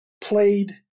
played